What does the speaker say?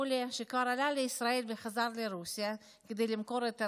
עולה שכבר עלה לישראל וחזר לרוסיה כדי למכור את הנכס,